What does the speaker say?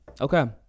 Okay